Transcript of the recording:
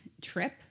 trip